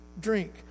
drink